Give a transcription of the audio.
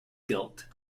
guilt